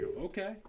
okay